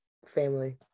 Family